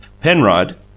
Penrod